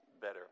better